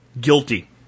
guilty